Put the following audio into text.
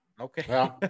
Okay